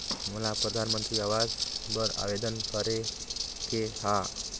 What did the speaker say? मोला परधानमंतरी आवास बर आवेदन करे के हा?